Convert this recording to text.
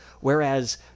whereas